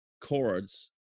chords